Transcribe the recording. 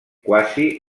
quasi